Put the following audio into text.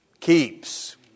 Keeps